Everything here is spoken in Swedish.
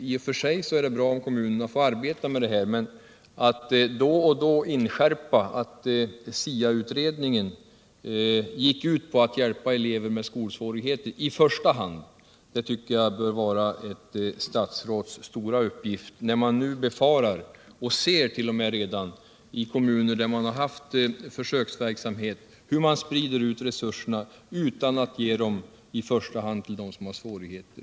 I och för sig är det bra om kommunerna får arbeta med detta själva, men det bör vara ett statsråds stora uppgift att då och då inskärpa att SIA utredningen gick ut på att i första hand hjälpa elever med skolsvårigheter. Man kan ju nu befara — och t.o.m. konstatera i de kommuner där försöksverksamhet bedrivits — att resurserna sprids ut i stället för att i första hand gå till dem som har svårigheter.